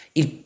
il